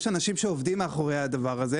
יש אנשים שעובדים אחרי זה,